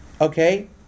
Okay